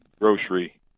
grocery